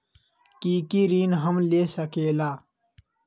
की की ऋण हम ले सकेला?